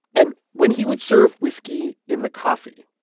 and when he would serve whisky in the coffee,